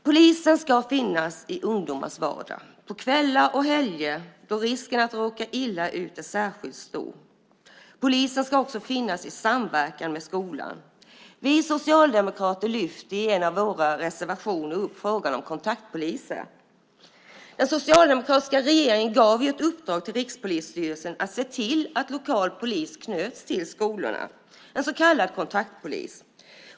Polisen ska finnas i ungdomars vardag, på kvällar och helger då risken att råka illa ut är särskilt stor. Polisen ska också finnas i samverkan med skolan. Vi socialdemokrater lyfter i en av våra reservationer upp frågan om kontaktpoliser. Den socialdemokratiska regeringen gav ett uppdrag till Rikspolisstyrelsen att se till att lokal polis knöts till skolorna, en så kallad kontaktpolis.